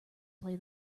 play